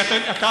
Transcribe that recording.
אני אגיש תלונה.